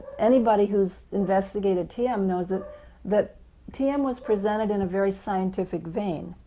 anybody who has investigated tm knows that that tm was presented in a very scientific vein,